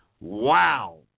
wow